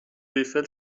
ایفل